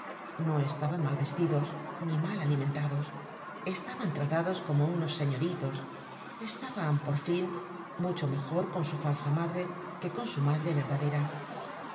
no estaban mal vestidos ni mal alimentados estaban tratados como unos señoritos estaban por fin mucho mejor con su falsa madre que con su madre verdadera